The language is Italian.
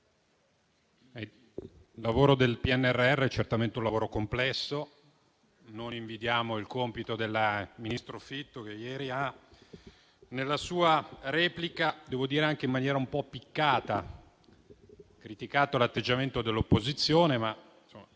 il lavoro del PNRR è certamente complesso; non invidiamo il compito del ministro Fitto, che ieri, nella sua replica - devo dire anche in maniera un po' piccata - ha criticato l'atteggiamento dell'opposizione, ma